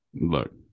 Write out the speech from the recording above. Look